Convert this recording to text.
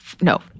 no